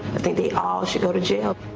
i think they all should go to jail.